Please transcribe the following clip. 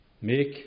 Make